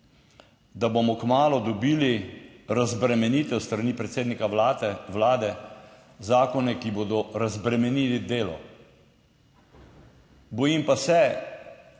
Da bomo kmalu dobili razbremenitev s strani predsednika Vlade, Vlade, zakone, ki bodo razbremenili delo. Bojim pa se,